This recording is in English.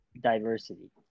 diversity